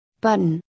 button